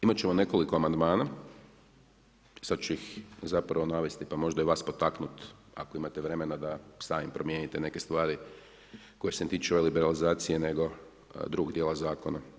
Imat ćemo nekoliko amandmana, sada ću ih zapravo navesti pa možda i vas potaknut ako imate vremena da sami promijenite neke stvari koje se tiču liberalizacije nego drugog dijela zakona.